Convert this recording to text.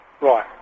Right